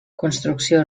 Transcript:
construcció